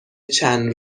چند